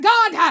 God